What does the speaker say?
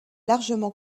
largement